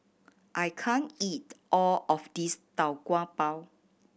I can't eat all of this Tau Kwa Pau